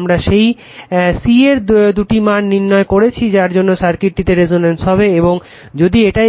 আমারা C এর দুটি মান নির্ণয় করেছি যার জন্য সার্কিটটিতে রেসনেন্স হবে এবং যদি এটা